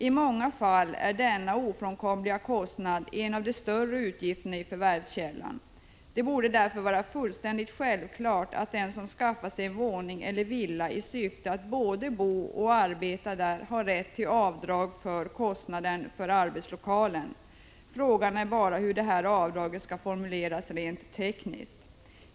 I många fall är denna ofrånkomliga kostnad en av de större utgifterna i förvärvskällan. Det borde därför vara fullständigt självklart att den som skaffar sig en våning eller en villa i syfte att både bo och arbeta där har rätt till avdrag för kostnaden för arbetslokalen. Frågan är bara hur det här avdraget skall formuleras rent tekniskt.